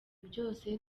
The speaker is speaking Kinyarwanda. byose